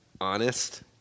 honest